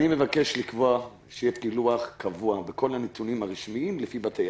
אני מבקש לקבוע שיהיה פילוח קבוע בכל הנתונים הרשמיים לפי בתי